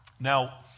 Now